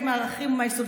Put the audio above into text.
יש לאישה זכות לעמוד כאן,